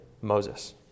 Moses